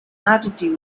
altitude